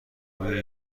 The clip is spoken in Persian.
توی